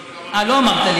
אה, לא אמרת לי.